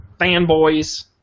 fanboys